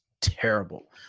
terrible